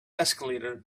escalator